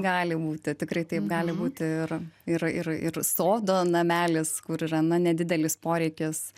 gali būti tikrai taip gali būti ir ir ir ir sodo namelis kur yra na nedidelis poreikis